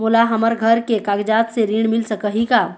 मोला हमर घर के कागजात से ऋण मिल सकही का?